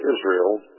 Israel